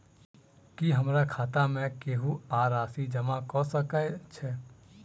की हमरा खाता मे केहू आ राशि जमा कऽ सकय छई?